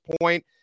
point